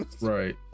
Right